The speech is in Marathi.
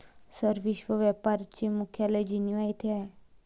सर, विश्व व्यापार चे मुख्यालय जिनिव्हा येथे आहे